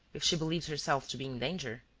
if she believes herself to be in danger?